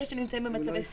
אלה שנמצאים במצבי סיכון.